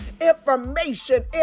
information